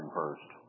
first